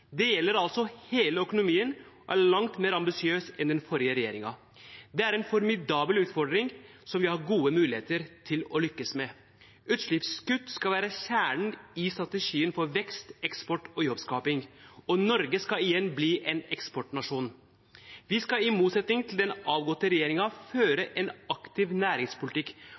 Det gjelder hele økonomien og er langt mer ambisiøst enn det den forrige regjeringen gjorde. Det er en formidabel utfordring som vi har gode muligheter til å lykkes med. Utslippskutt skal være kjernen i strategien for vekst, eksport og jobbskaping. Norge skal igjen bli en eksportnasjon. Vi skal – i motsetning til den avgåtte regjeringen – føre en aktiv næringspolitikk